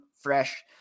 fresh